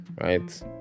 right